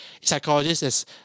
psychologists